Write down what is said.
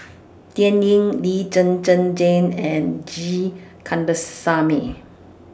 Dan Ying Lee Zhen Zhen Jane and G Kandasamy